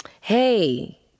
Hey